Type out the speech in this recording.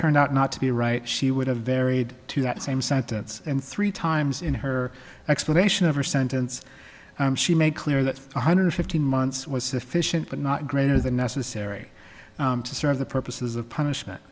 turned out not to be right she would have varied to that same sentence and three times in her explanation of her sentence she made clear that one hundred fifteen months was sufficient but not greater than necessary to serve the purposes of punishment